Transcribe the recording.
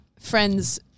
friends